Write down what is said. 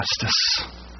justice